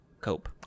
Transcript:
Cope